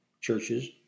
churches